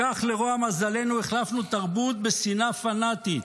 "וכך, לרוע מזלנו, החלפנו תרבות בשנאה פנאטית,